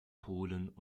polen